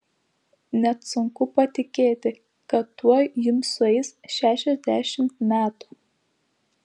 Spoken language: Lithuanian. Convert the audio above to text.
net sunku patikėti kad tuoj jums sueis šešiasdešimt metų